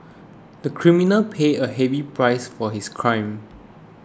the criminal paid a heavy price for his crime